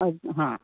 अच्छा हां